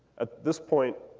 at this point,